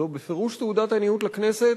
זו בפירוש תעודת עניות לכנסת